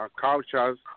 cultures